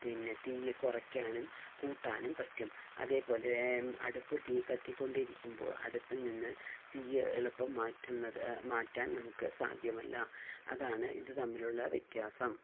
പിന്നെ തീ കുറയ്ക്കാനും കൂട്ടാനും പറ്റും അതേപോലെ അടുപ്പ് തീ കത്തികൊണ്ടിരിക്കുമ്പോൾ അടുപ്പിൽ നിന്ന് തീ എളുപ്പം മാറ്റുന്നത് മാറ്റാൻ നമുക്ക് സാധ്യമല്ല അതാണ് ഇത് തമ്മിലുള്ള വ്യത്യാസം